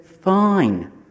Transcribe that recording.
fine